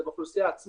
זה באוכלוסייה עצמה.